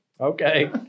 Okay